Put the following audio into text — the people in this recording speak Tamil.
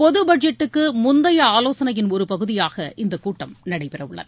பொது பட்ஜெட்டுக்கு முந்தைய ஆலோசனையின் ஒரு பகுதியாக இந்த கூட்டம் நடைபெறவுள்ளது